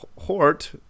Hort